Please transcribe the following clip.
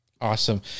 Awesome